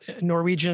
Norwegian